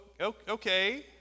okay